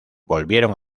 volvieron